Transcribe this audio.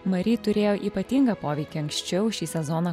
mari turėjo ypatingą poveikį anksčiau šį sezoną